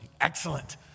excellent